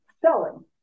selling